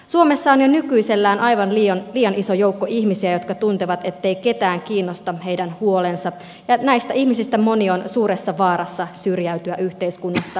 suomessa on jo nykyisellään aivan liian iso joukko ihmisiä jotka tuntevat ettei ketään kiinnosta heidän huolensa ja näistä ihmisistä moni on suuressa vaarassa syrjäytyä yhteiskunnastamme